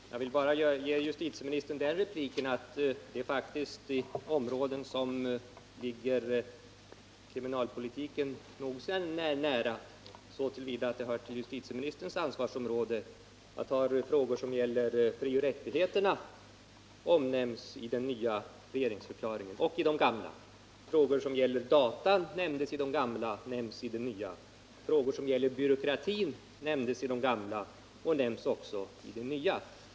Herr talman! Jag vill bara ge justitieministern den repliken att flera särskilda frågor som ligger kriminalpolitiken nog så nära, så till vida att de också hör till justitieministerns ansvarsområde, faktiskt omnämns i regeringsförklaringen. Jag tar som exempel våra frioch rättigheter, som omnämns i den nya regeringsförklaringen, liksom i de gamla. Frågor som gäller data och byråkrati togs upp i de gamla förklaringarna och omnämns i den nya.